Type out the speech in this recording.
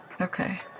Okay